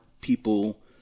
people